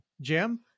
Jim